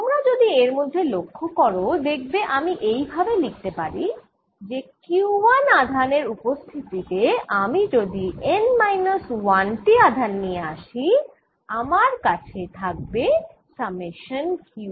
তোমরা যদি এর মধ্যে লক্ষ্য করো দেখবে আমি এই ভাবে লিখতে পারি যে Q1 আধান এর উপস্থিতি তে আমি যদি N মাইনাস 1 টি আধান নিয়ে আসি আমার কাছে থাকবে সামেশান Qj